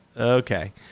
okay